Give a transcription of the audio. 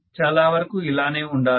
చాలా వరకు ఇలానే ఉండాలి